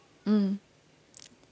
mm